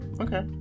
okay